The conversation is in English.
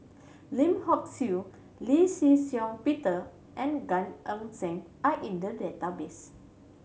Lim Hock Siew Lee Shih Shiong Peter and Gan Eng Seng are in the database